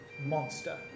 monster